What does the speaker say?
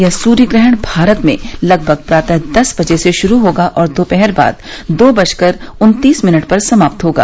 यह सूर्यग्रहण भारत में लगभग प्रातः दस बजे से शुरू होगा और दोपहर बाद दो बजकर उन्तीस मिनट पर समाप्त होगा